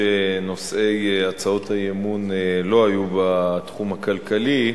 אומנם נושאי הצעות האי-אמון לא היו בתחום הכלכלי,